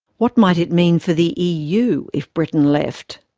what might it mean for the eu if britain left?